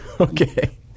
Okay